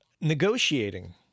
Negotiating